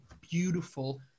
beautiful